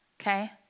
Okay